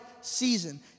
season